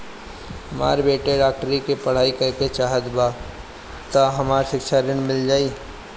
हमर बेटा डाक्टरी के पढ़ाई करेके चाहत बा त हमरा शिक्षा ऋण मिल जाई?